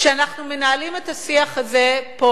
כשאנחנו מנהלים את השיח הזה פה,